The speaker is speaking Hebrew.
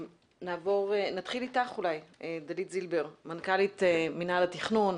נתחיל אתך, דלית זילבר, מנכ"לית מינהל התכנון.